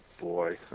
boy